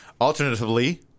Alternatively